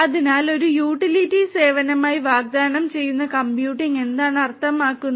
അതിനാൽ ഒരു യൂട്ടിലിറ്റി സേവനമായി വാഗ്ദാനം ചെയ്യുന്ന കമ്പ്യൂട്ടിംഗ് എന്താണ് അർത്ഥമാക്കുന്നത്